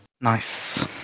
nice